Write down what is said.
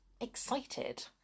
excited